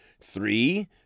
Three